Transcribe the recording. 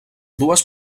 dues